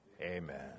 Amen